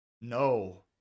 No